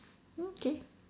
okay